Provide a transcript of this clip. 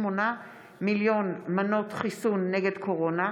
מתכוון לרכוש שמונה מיליון מנות חיסון נגד קורונה,